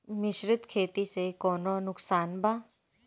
मिश्रित खेती से कौनो नुकसान वा?